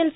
L